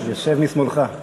יושב משמאלך.